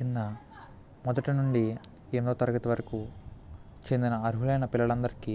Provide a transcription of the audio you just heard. కింద మొదటి నుండి ఎనిమిదో తరగతి వరకు చెందిన అర్హులైన పిల్లలందరికీ